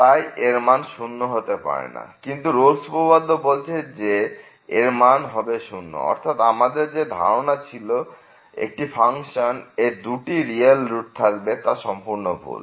তাই এর মান শূন্য হতে পারে না কিন্তু রোলস উপপাদ্য বলছে যে এর মান হবে 0 অর্থাৎ আমাদের যে ধারণা ছিল যে একটি ফাংশন এর দুটি রিয়েল রূট থাকবে তা সম্পূর্ণ ভুল